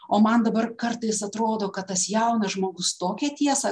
o man dabar kartais atrodo kad tas jaunas žmogus tokią tiesą